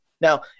Now